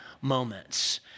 moments